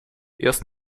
erst